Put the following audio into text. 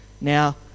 Now